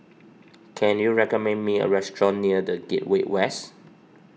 can you recommend me a restaurant near the Gateway West